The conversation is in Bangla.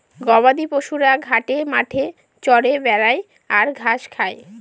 গবাদি পশুরা ঘাটে মাঠে চরে বেড়ায় আর ঘাস খায়